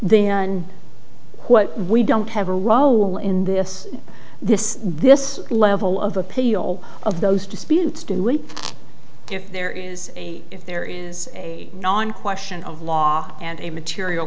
then what we don't have a role in this this this level of appeal of those disputes to wait if there is a if there is a question of law and a material